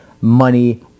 money